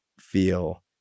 feel